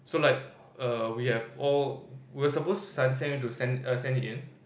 so like err we have all we are supposed to send to send a send in